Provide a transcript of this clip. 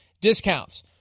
discounts